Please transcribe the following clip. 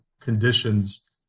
conditions